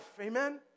Amen